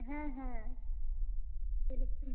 হ্যাঁ হ্যাঁ ইলেকট্রিকের